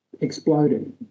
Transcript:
exploded